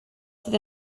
sydd